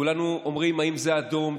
כולנו אומרים: האם זה אדום,